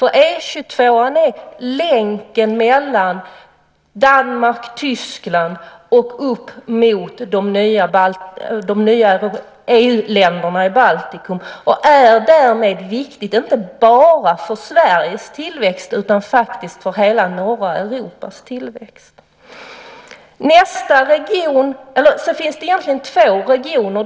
E 22 är länken mellan Danmark, Tyskland och upp mot de nya EU-länderna i Baltikum. E 22 är därmed viktig inte bara för Sveriges tillväxt utan faktiskt för hela norra Europas tillväxt. Det finns egentligen två regioner.